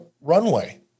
runway